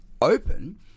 Open